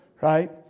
right